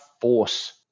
force